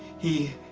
he,